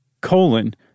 colon